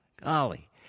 Golly